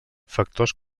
factors